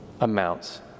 amounts